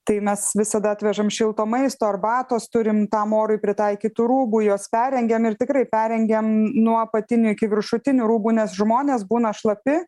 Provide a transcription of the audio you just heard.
tai mes visada atvežam šilto maisto arbatos turim tam orui pritaikytų rūbų juos perrengiam ir tikrai perrengiam nuo apatinių iki viršutinių rūbų nes žmonės būna šlapi